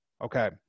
Okay